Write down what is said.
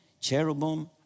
cherubim